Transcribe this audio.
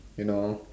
you know